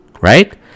right